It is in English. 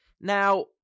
Now